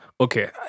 Okay